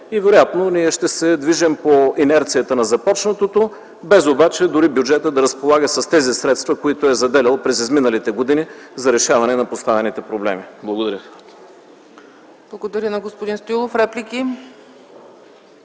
Вероятно ние ще се движим по инерцията на започнатото, без обаче дори бюджетът да разполага с тези средства, които е заделял през изминалите години за решаване на поставените проблеми. Благодаря.